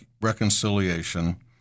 reconciliation